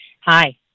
Hi